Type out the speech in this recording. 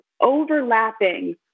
overlapping